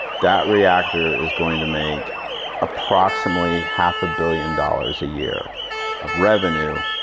that reactor is going to make approximately half a billion dollars a year of revenue,